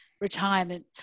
retirement